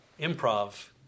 improv